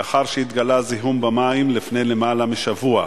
לאחר שהתגלה, לפני למעלה משבוע,